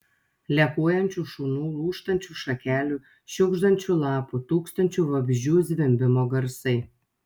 lekuojančių šunų lūžtančių šakelių šiugždančių lapų tūkstančių vabzdžių zvimbimo garsai